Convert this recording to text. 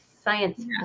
science